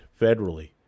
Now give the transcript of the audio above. federally